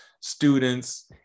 students